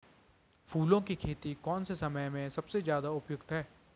फूलों की खेती कौन से समय में सबसे ज़्यादा उपयुक्त है?